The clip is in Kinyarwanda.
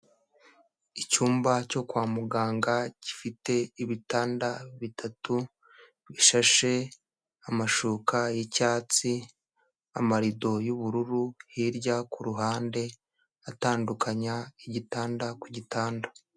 Icyumba cyo kwa muganga, gifite ibitanda bitatu bishashe, amashuka y'icyatsi, amarido y'ubururu, hirya ku ruhande, atandukanya igitanda ku gitanda.